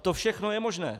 To všechno je možné.